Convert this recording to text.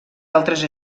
altres